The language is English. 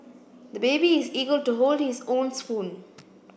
the baby is eager to hold his own spoon